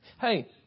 Hey